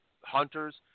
hunters